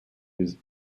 his